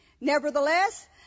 Nevertheless